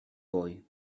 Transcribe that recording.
boy